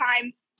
times